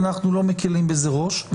אנחנו לא מקלים בזה ראש.